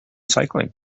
cycling